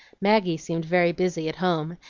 maggie seemed very busy at home,